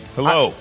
Hello